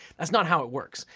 that's not how it works.